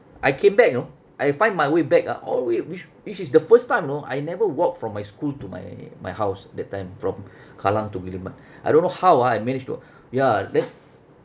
I came back you know I find my way back ah all the way which which is the first time you know I never walk from my school to my my house that time from kallang to guillemard I don't know how ah I manage to ya then